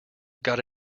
got